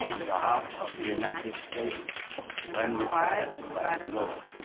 on behalf of the united states when required by the law.